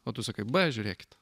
o tu sakai b žiūrėkit